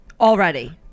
Already